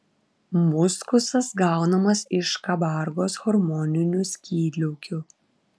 muskusas gaunamas iš kabargos hormoninių skydliaukių